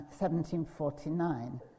1749